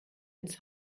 ins